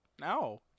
No